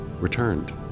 returned